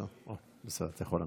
בסדר, אתה יכול להמשיך.